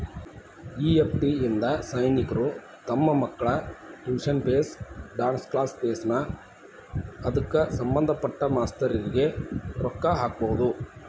EFT ಇಂದಾ ಸೈನಿಕ್ರು ತಮ್ ಮಕ್ಳ tuition fees, dance class fees ನಾ ಅದ್ಕ ಸಭಂದ್ಪಟ್ಟ ಮಾಸ್ತರ್ರಿಗೆ ರೊಕ್ಕಾ ಹಾಕ್ಬೊದ್